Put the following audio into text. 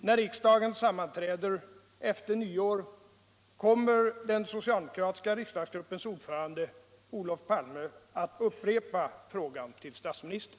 När riksdagen sammanträder efter nyår kommer den socialdemokratiska riksdagsgruppens ordförande Olof Palme att upprepa frågan till statsministern.